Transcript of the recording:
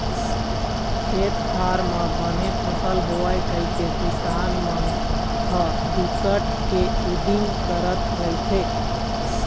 खेत खार म बने फसल होवय कहिके किसान मन ह बिकट के उदिम करत रहिथे